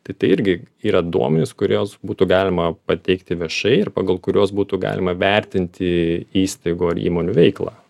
tai tai irgi yra duomenys kuriuos būtų galima pateikti viešai ir pagal kuriuos būtų galima vertinti įstaigų ar įmonių veiklą